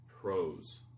pros